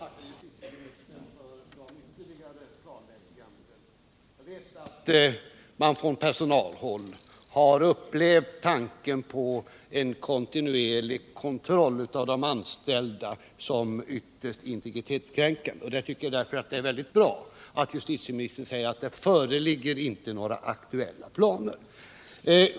Herr talman! Jag tackar justitieministern för de ytterligare klarläggandena. Jag vet att man på personalhåll har upplevt tanken på kontinuerlig kontroll av de anställda vid kriminalvårdsanstalterna som ytterst integritetskränkande, och jag tycker därför att det är utomordentligt bra att justitieministern säger att några aktuella sådana planer inte föreligger.